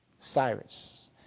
Cyrus